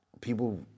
people